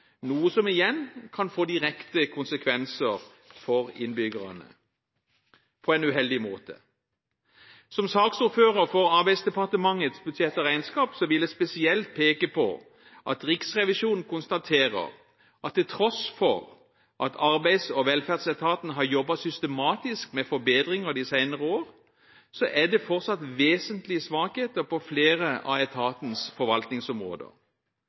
noe som igjen kan få direkte konsekvenser for innbyggerne på en uheldig måte. Som saksordfører for Arbeidsdepartementets budsjett og regnskap vil jeg spesielt peke på at Riksrevisjonen konstaterer at til tross for at Arbeids- og velferdsetaten har jobbet systematisk med forbedringer de senere årene, er det fortsatt vesentlige svakheter på flere av etatens forvaltningsområder.